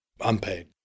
unpaid